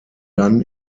dann